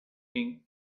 king